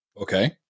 Okay